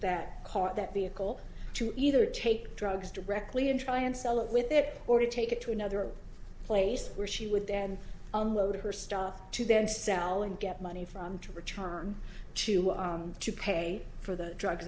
that car that vehicle to either take drugs directly and try and sell it with it or to take it to another place where she would then unload her style to then sell and get money from to return to to pay for the drug